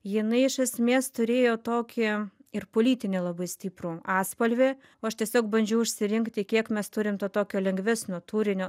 jinai iš esmės turėjo tokį ir politinį labai stiprų atspalvį o aš tiesiog bandžiau išsirinkti kiek mes turim to tokio lengvesnio turinio